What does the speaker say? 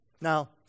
Now